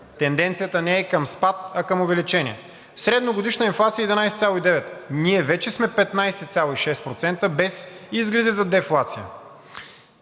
Тенденцията не е към спад, а към увеличение. Средногодишна инфлация – 11,9%. Ние вече сме 15,6%, без изгледи за дефлация.